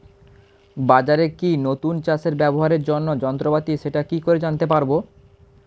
বাজারে কি নতুন চাষে ব্যবহারের জন্য যন্ত্রপাতি সেটা কি করে জানতে পারব?